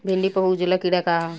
भिंडी पर उजला कीड़ा का है?